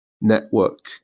network